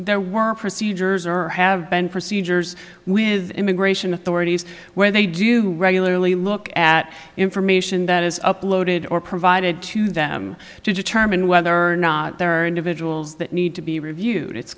there were procedures or have been procedures with immigration authorities where they do regularly look at information that is uploaded or provided to them to determine whether or not there are individuals that need to be reviewed it's